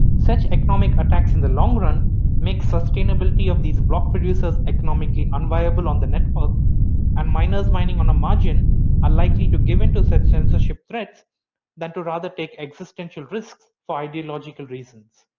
such economic attacks in the long run make sustainability of these block producers economically unviable on the network and miners mining on a margin unlikely to give in to such censorship threats than to rather take existential risks for ideological reasons.